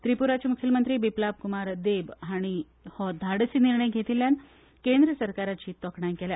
त्रिपुराचे मुख्यमंत्री बिपलाप कुमार देब हांणी हो धाडसी निर्णय घेतिल्ल्या केंद्र सरकाराची तोखणाय केल्या